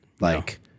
Like-